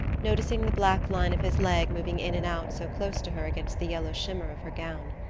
noticing the black line of his leg moving in and out so close to her against the yellow shimmer of her gown.